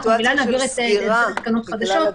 אנחנו ודאי נעביר תקנות חדשות,